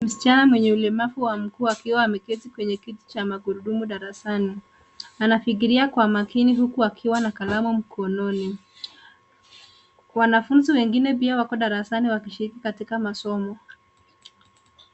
Msichana mwenye ulemavu wa mguu akiwa ameketi kwenye kiti cha magurudumu darasani. Anafikiria kwa makini huku akiwa na kalamu mkononi. Wanafunzi wengine pia wako darasani wakishiriki katika masomo.